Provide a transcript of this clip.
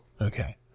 Okay